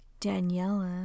Daniela